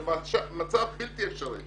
זה מצב בלתי אפשרי.